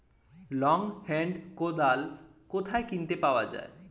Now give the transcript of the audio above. Long hand কোদাল কোথায় কিনতে পাওয়া যায়?